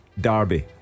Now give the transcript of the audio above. Derby